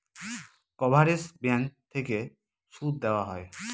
coverage bank থেকে সুদ দেওয়া হয়